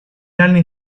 anni